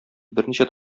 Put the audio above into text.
берничә